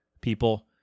people